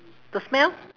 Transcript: the smell